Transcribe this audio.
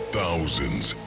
Thousands